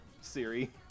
Siri